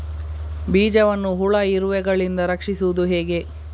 ಬೀಜವನ್ನು ಹುಳ, ಇರುವೆಗಳಿಂದ ರಕ್ಷಿಸುವುದು ಹೇಗೆ?